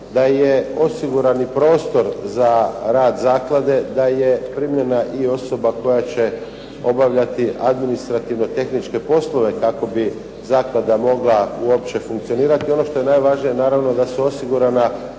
da je osiguran i prostor za rad zaklade, da je primljena i osoba koja će obavljati administrativno-tehničke poslove kako bi zaklada mogla uopće funkcionirati. Ono što je najvažnije je naravno da su osigurana